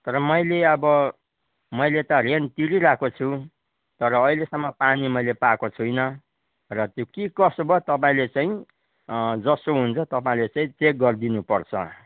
तर मैले अब मैले त रेन्ट तिरिरहेको छु तर अहिलेसम्म पानी मैले पाएको छुइनँ र त्यो के कसो भयो तपाईँले चाहिँ जसो हुन्छ तपाईँले चाहिँ चेक गरिदिनु पर्छ